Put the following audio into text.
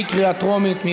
בקריאה טרומית.